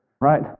right